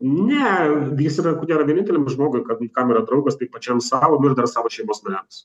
ne jis yra ko gero vieninteliam žmogui kam yra draugas tai pačiam sau ir dar savo šeimos nariams